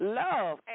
love